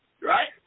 Right